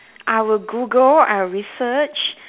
I will Google I'll research